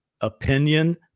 opinion